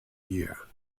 year